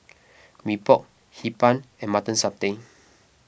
Mee Pok Hee Pan and Mutton Satay